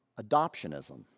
adoptionism